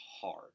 hard